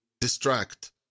distract